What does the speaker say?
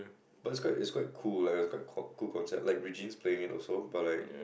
but it's quite it's quite cool like it's quite cock cool concept like Regine is playing it also but like